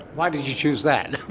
why did you choose that?